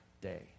day